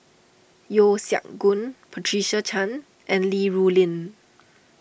Yeo Siak Goon Patricia Chan and Li Rulin